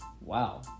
Wow